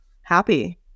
happy